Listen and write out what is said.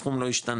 הסכום לא ישתנה,